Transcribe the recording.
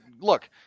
look